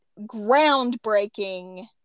groundbreaking